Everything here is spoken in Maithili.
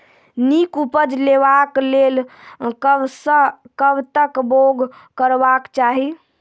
नीक उपज लेवाक लेल कबसअ कब तक बौग करबाक चाही?